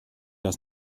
das